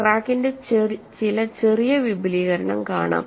ക്രാക്കിന്റെ ചില ചെറിയ വിപുലീകരണം കാണാം